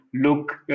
Look